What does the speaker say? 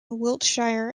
wiltshire